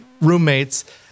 roommates